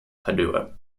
padua